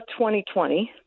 2020